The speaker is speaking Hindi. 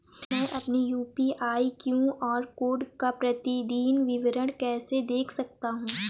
मैं अपनी यू.पी.आई क्यू.आर कोड का प्रतीदीन विवरण कैसे देख सकता हूँ?